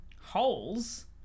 holes